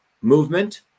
movement